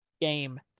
game